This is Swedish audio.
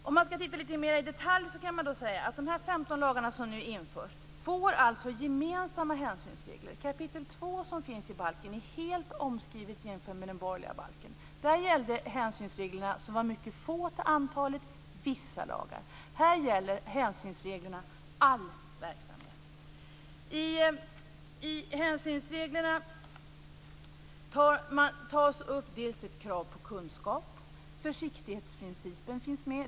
Om man skall se det litet mer i detalj kan man säga att de 15 lagarna som nu införs får gemensamma hänsynsregler. Kapitel 2 i balken är helt omskriven i förhållande till den borgerliga balken. Där gällde hänsynsreglerna, som var mycket få till antalet, vissa lagar. Här gäller hänsynsreglerna all verksamhet. I hänsynsreglerna tas upp dels ett krav på kunskap, och försiktighetsprincipen finns med.